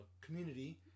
community